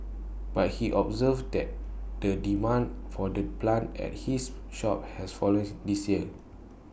but he observed that the demand for the plant at his shop has fallen this year